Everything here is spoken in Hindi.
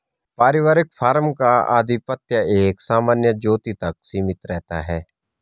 पारिवारिक फार्म का आधिपत्य एक सामान्य ज्योति तक सीमित रहता है